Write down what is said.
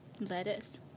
Lettuce